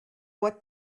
what